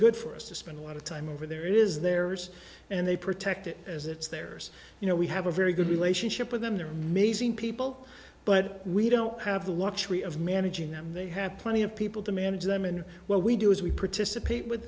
good for us to spend a lot of time over there is there is and they protect it as it's theirs you know we have a very good relationship with them they're amazing people but we don't have the luxury of managing them they have plenty of people to manage them and what we do is we participate with